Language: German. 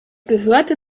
gehörte